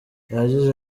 yagize